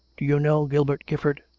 do you know gilbert gifford?